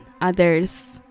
others